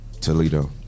Toledo